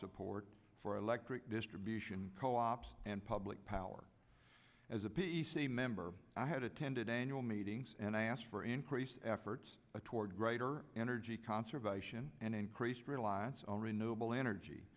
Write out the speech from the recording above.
support for electric distribution co ops and public power as a p c member i had attended a annual meetings and i asked for increased efforts toward greater energy conservation and increased reliance on renewable energy